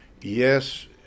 yes